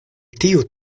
tiu